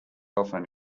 often